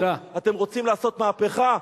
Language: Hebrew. אתם רוצים לעשות מהפכה?